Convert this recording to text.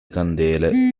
candele